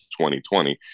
2020